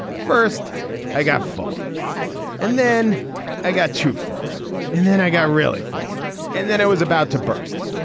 first i got full and then i got to full and then i got really full and then i was about to burst.